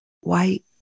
white